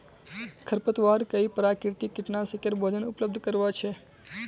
खरपतवार कई प्राकृतिक कीटनाशकेर भोजन उपलब्ध करवा छे